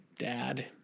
dad